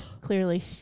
clearly